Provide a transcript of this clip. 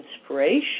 inspiration